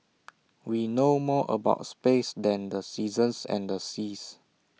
we know more about space than the seasons and the seas